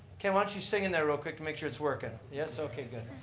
ken, why don't you sing in there real quick to make sure it's working. yes, okay good.